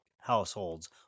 households